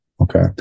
okay